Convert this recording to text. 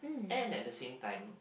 and at the same time